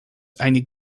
einig